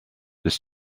this